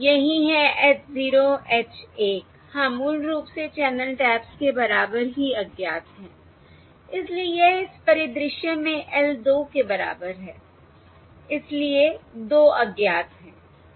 यही है h 0 h 1 हाँ मूल रूप से चैनल टैप्स के बराबर ही अज्ञात हैं इसलिए यह इस परिदृश्य में L 2 के बराबर है इसलिए 2 अज्ञात हैं